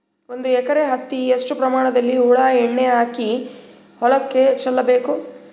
ಒಂದು ಎಕರೆ ಹತ್ತಿ ಎಷ್ಟು ಪ್ರಮಾಣದಲ್ಲಿ ಹುಳ ಎಣ್ಣೆ ಹಾಕಿ ಹೊಲಕ್ಕೆ ಚಲಬೇಕು?